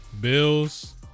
Bills